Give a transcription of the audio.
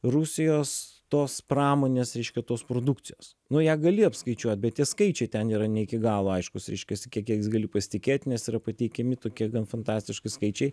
rusijos tos pramonės reiškia tos produkcijos nu ją gali apskaičiuot bet tie skaičiai ten yra ne iki galo aiškūs reiškiasi kiek jais gali pasitikėti nes yra pateikiami tokie gan fantastiški skaičiai